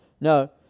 No